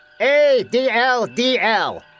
A-D-L-D-L